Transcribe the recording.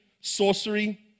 sorcery